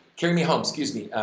carrie me home, excuse me.